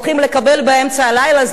הולכים לקבל באמצע הלילה,